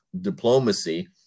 diplomacy